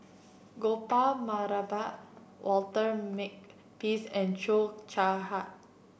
Gopal Baratham Walter Makepeace and Cheo Chai Hiang